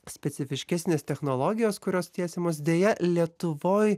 specifiškesnės technologijos kurios tiesiamos deja lietuvoj